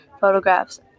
photographs